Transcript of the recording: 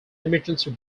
emergency